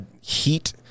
heat